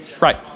Right